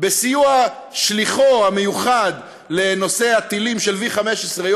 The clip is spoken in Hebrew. בסיוע שליחו המיוחד לנושא הטילים של 15V,